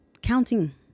counting